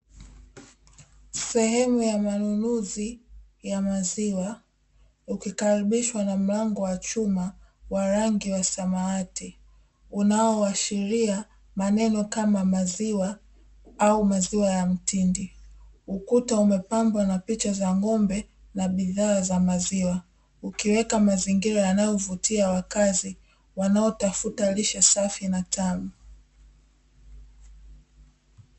Sehemu ya manunuzi ya maziwa ukikaribishwa na mlango wa chuma wa rangi ya samawati unaoashiria maneno kama maziwa au maziwa ya mtindi. Ukuta umepambwa na picha za ng'ombe na bidhaa za maziwa ukiweka mazingira yanayovutia wakazi wanaotafuta lishe safi na tamu.